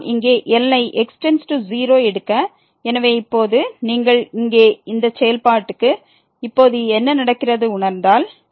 நாம் இங்கே எல்லை x→0 எடுக்க எனவே இப்போது நீங்கள் இங்கே இந்த செயல்பாடுக்கு இப்போது என்ன நடக்கிறது உணர்ந்தால்